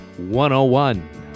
101